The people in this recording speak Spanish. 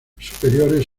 superiores